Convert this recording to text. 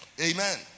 Amen